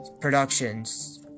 Productions